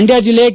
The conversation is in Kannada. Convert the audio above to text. ಮಂಡ್ಯ ಜಿಲ್ಲೆ ಕೆ